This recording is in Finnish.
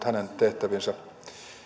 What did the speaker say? hänen tehtäviinsä